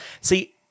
See